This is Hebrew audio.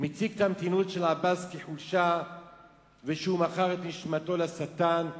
מציג את המתינות של עבאס כחולשה ושהוא מכר את נשמתו לשטן,